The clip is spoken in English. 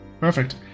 Perfect